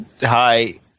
hi